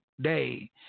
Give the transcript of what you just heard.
day